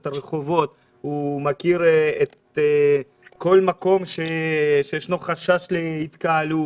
את הרחובות והוא מכיר כל מקום בו יש חשש להתקהלות.